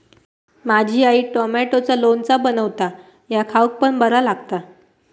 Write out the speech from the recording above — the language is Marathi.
माझी आई टॉमॅटोचा लोणचा बनवता ह्या खाउक पण बरा लागता